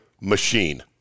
machine